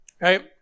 right